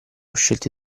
scelti